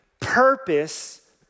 Purpose